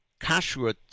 kashrut